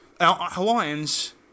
Hawaiians